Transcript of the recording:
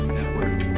Network